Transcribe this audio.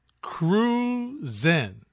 cruising